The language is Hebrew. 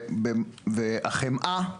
לגבי החמאה,